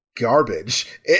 garbage